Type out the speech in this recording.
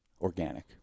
organic